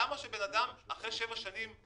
למה שבן אדם יתבע אחרי שבע שנים?